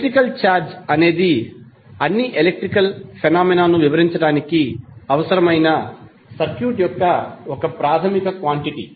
electrical charge అనేది అన్ని electrical phenomena ను వివరించడానికి అవసరమైన సర్క్యూట్ యొక్క ఒక ప్రాథమిక క్వాంటిటీ